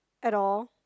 at all